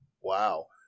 wow